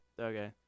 okay